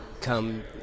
come